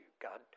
God